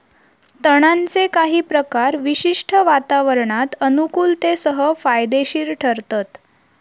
तणांचे काही प्रकार विशिष्ट वातावरणात अनुकुलतेसह फायदेशिर ठरतत